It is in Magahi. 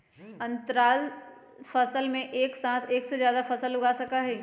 अंतरफसल में एक साथ एक से जादा फसल उगा सका हई